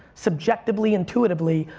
subjectively, intuitively,